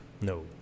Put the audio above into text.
No